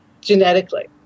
genetically